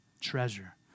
treasure